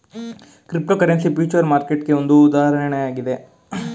cryptocurrency future ಮಾರ್ಕೆಟ್ಗೆ ಒಂದು ಉದಾಹರಣೆಯಾಗಿದೆ